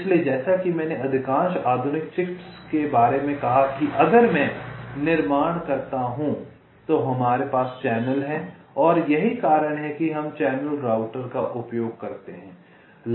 इसलिए जैसा कि मैंने अधिकांश आधुनिक चिप्स के बारे में कहा कि अगर मैं निर्माण करता हूं तो हमारे पास चैनल हैं और यही कारण है कि हम चैनल राउटर का उपयोग करते हैं